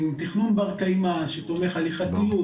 עם תכנון בר קיימא שתומך הליכתיות,